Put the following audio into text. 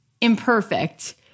imperfect